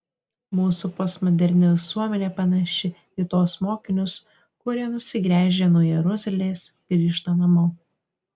mūsų postmoderni visuomenė panaši į tuos mokinius kurie nusigręžę nuo jeruzalės grįžta namo